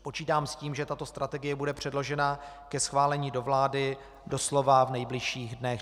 Počítám s tím, že tato strategie bude předložena ke schválení do vlády doslova v nejbližších dnech.